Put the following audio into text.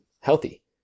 healthy